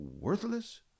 worthless